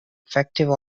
effective